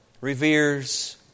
reveres